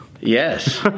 Yes